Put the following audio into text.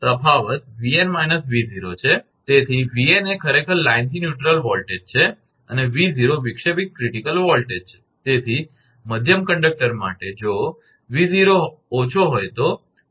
તેથી 𝑉𝑛 એ ખરેખર લાઇનથી ન્યૂટ્રલ વોલ્ટેજ છે અને 𝑉0 વિક્ષેપિત ક્રિટીકલ વોલ્ટેજ છે તેથી મધ્યમ કંટકટર માટે જો 𝑉0 ઓછો હોય તો પછી 𝑉𝑛 − 𝑉0 વધારે હશે